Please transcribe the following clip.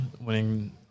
winning